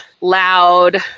loud